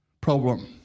problem